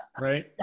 Right